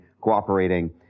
cooperating